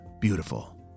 beautiful